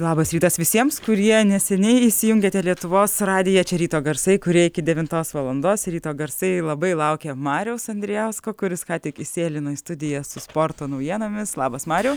labas rytas visiems kurie neseniai įsijungėte lietuvos radiją čia ryto garsai kurie iki devintos valandos ryto garsai labai laukia mariaus andrijausko kuris ką tik įsėlino į studiją su sporto naujienomis labas mariau